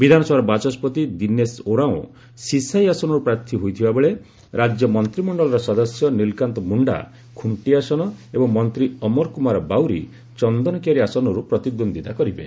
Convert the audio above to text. ବିଧାନସଭାର ବାଚସ୍କତି ଦୀନେଶ ଓରାଓଁ ଶିସାଇ ଆସନରୁ ପ୍ରାର୍ଥୀ ହୋଇଥିବାବେଳେ ରାଜ୍ୟ ମନ୍ତ୍ରିମଣ୍ଡଳର ସଦସ୍ୟ ନିଲକାନ୍ତ ମୁଣ୍ଡା ଖୁଷ୍ଟି ଆସନ ଏବଂ ମନ୍ତ୍ରୀ ଅମର କୁମାର ବାଉରୀ ଚନ୍ଦନକିଆରି ଆସନରୁ ପ୍ରତିଦ୍ୱନ୍ଦ୍ୱିତା କରିବେ